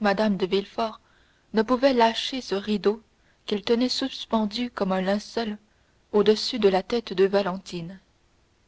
mme de villefort ne pouvait lâcher ce rideau qu'elle tenait suspendu comme un linceul au-dessus de la tête de valentine